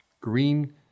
green